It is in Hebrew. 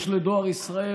יש לדואר ישראל,